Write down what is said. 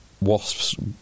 Wasps